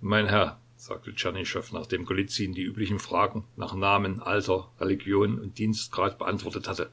mein herr sagte tschernyschow nachdem golizyn die üblichen fragen nach namen alter religion und dienstgrad beantwortet hatte